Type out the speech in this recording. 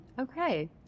Okay